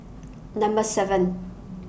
Number seven